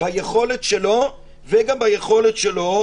ביכולת שלו וגם ביכולת שלו,